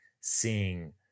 seeing